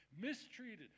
mistreated